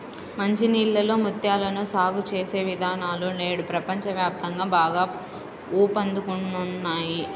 మంచి నీళ్ళలో ముత్యాలను సాగు చేసే విధానాలు నేడు ప్రపంచ వ్యాప్తంగా బాగా ఊపందుకున్నాయి